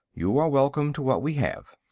you are welcome to what we have.